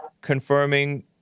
confirming